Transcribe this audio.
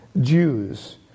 Jews